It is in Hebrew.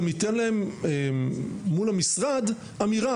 גם ייתן להם מול המשרד אמירה.